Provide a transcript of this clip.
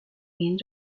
bien